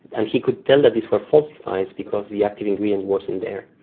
and he could tell that these were falsified because the active ingredient wasn't there.